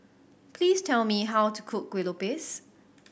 please tell me how to cook Kueh Lopes